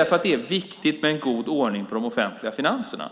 är för att det är viktigt med en god ordning på de offentliga finanserna.